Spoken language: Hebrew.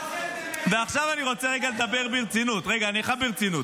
--- רגע, אני חייב ברצינות.